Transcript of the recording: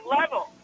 level